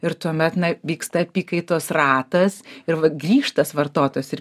ir tuomet na vyksta apykaitos ratas ir vat grįš tas vartotojas ir